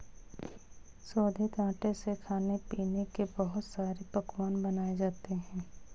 शोधित आटे से खाने पीने के बहुत सारे पकवान बनाये जाते है